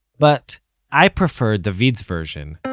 but i prefer david's version